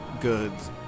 goods